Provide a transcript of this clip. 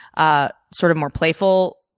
ah sort of more playful,